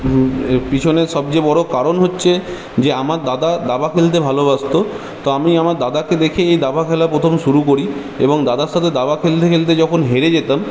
পিছনে সবচেয়ে বড়ো কারণ হচ্ছে যে আমার দাদা দাবা খেলতে ভালোবাসতো তো আমি আমার দাদাকে দেখেই এই দাবা খেলা প্রথম শুরু করি এবং দাদার সাথে দাবা খেলতে খেলতে যখন হেরে যেতাম